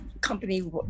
company